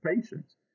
patients